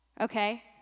okay